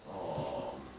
um